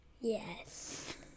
Yes